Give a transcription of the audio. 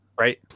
Right